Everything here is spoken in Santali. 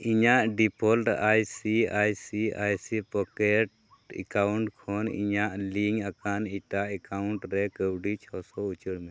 ᱤᱧᱟᱹᱜ default ICICI pocket account ᱠᱷᱚᱱ ᱤᱧᱟᱹᱜ ᱞᱤᱝᱠ ᱟᱠᱟᱱ ᱮᱴᱟᱜ ᱮᱠᱟᱭᱩᱱᱴ ᱨᱮ ᱠᱟᱹᱣᱰᱤ ᱪᱷᱚᱥᱚ ᱩᱪᱟᱹᱲ ᱢᱮ